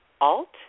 Alt